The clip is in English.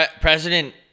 president